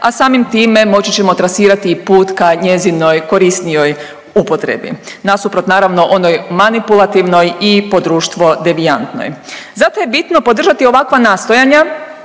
a samim time moći ćemo trasirati put ka njezinoj korisnijoj upotrebi nasuprot naravno onoj manipulativnoj i po društvo devijantnoj. Zato je bitno podržati ovakva nastojanja,